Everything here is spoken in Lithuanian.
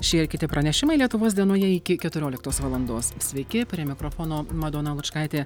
šie ir kiti pranešimai lietuvos dienoje iki keturioliktos valandos sveiki prie mikrofono madona lučkaitė